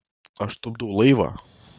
aš tupdau laivą